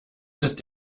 ist